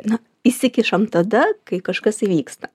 na įsikišam tada kai kažkas įvyksta